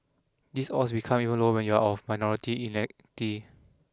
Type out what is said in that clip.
these odds become even lower when you are of minority